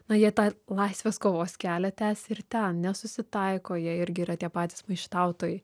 na jie tą laisvės kovos kelią tęsia ir ten nesusitaiko jie irgi yra tie patys maištautojai